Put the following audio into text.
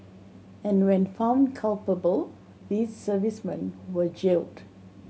and when found culpable these servicemen were jailed